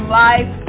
life